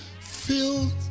filled